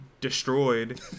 destroyed